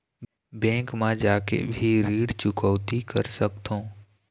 Bank मा जाके भी ऋण चुकौती कर सकथों?